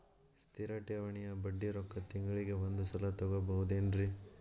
ಸ್ಥಿರ ಠೇವಣಿಯ ಬಡ್ಡಿ ರೊಕ್ಕ ತಿಂಗಳಿಗೆ ಒಂದು ಸಲ ತಗೊಬಹುದೆನ್ರಿ?